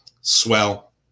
Swell